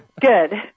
Good